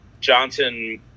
Johnson